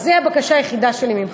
אז זו הבקשה היחידה שלי ממך: